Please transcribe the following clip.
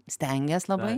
stengias labai